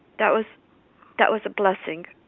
that was that was a blessing.